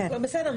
טוב בסדר,